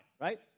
right